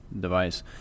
device